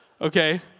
Okay